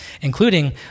including